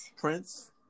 Prince